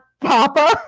Papa